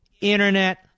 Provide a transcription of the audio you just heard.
Internet